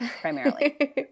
primarily